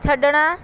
ਛੱਡਣਾ